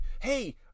Hey